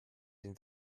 den